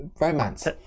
Romance